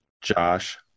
josh